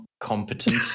competent